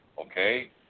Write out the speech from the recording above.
Okay